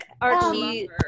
Archie